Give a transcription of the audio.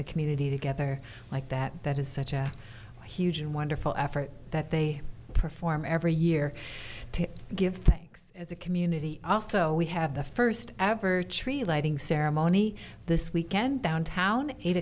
the community together like that that is such a huge and wonderful effort that they perform every year to give thanks as a community also we have the first ever tree lighting ceremony this weekend downtown eight